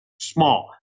small